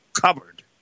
covered